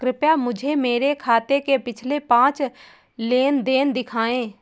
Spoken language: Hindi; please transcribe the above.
कृपया मुझे मेरे खाते से पिछले पांच लेन देन दिखाएं